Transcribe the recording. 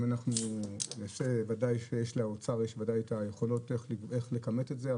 אם אנחנו נעשה וודאי שיש לאוצר את היכולות טכנית איך לכמת את זה,